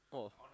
oh